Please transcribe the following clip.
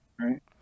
Right